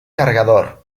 cargador